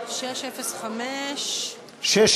אנחנו